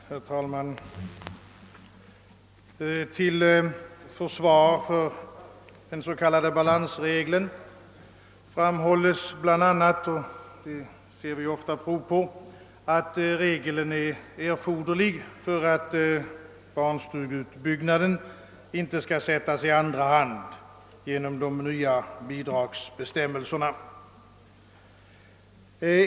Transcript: Herr talman! Till försvar för den s.k. balansreglen framhålles bl. ä. — det ser vi ofta prov på — att regeln är erforderlig för att barnstugeutbyggnaden inte skall sättas i andra hand genom de nya bidragsbestämmelserna.